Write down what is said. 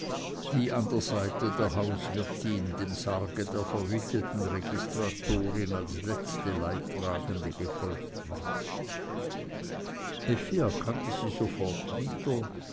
die an der seite der hauswirtin dem sarge der verwitweten registratorin als letzte leidtragende gefolgt war effi erkannte sie sofort wieder